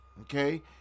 Okay